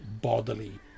bodily